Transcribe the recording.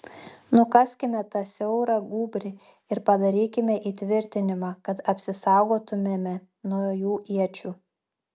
nukaskime tą siaurą gūbrį ir padarykime įtvirtinimą kad apsisaugotumėme nuo jų iečių